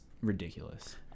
ridiculous